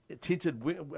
Tinted